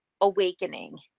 awakening